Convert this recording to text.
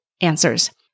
answers